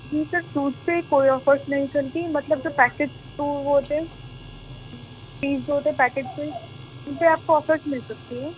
جی sir fruit پہ کوئی offers نہیں چلتی مطلب جب پیکیج جو وہ ہوتے ہیں سیز ہوتے ہیں پیکٹ پہ ان پہ آپ کو آفرز مل سکتی ہے